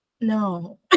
no